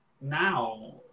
now